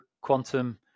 Quantum